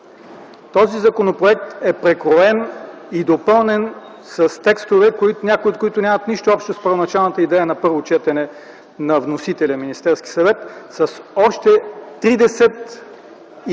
Този законопроект е прекроен и допълнен с текстове, някои от които нямат нищо общо с първоначалната идея на първо четена на вносителя – Министерският съвет, с още 35 параграфа